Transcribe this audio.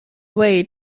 way